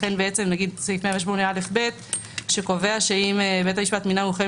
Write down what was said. לכן סעיף 108א ו-ב שקובע שאם בית המשפט מינה מומחה